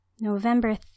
November